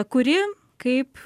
kuri kaip